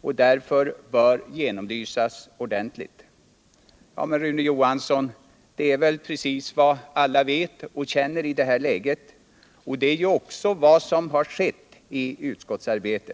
och att den därför bör genomlysas ordentligt. Och, Rune Johansson, det är väl precis vad alla vet och känner i det här läget, och det är också vad som skett i utskottsarbetet.